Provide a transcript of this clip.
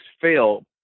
fail